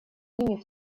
ними